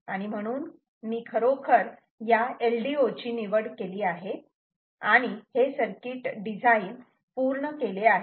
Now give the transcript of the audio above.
आणि म्हणून मी खरोखर LDO ची निवड केली आहे आणि हे सर्किट डिझाईन पूर्ण केले आहे